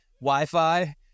wi-fi